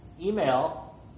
email